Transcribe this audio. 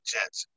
Jets